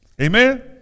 Amen